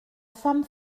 femme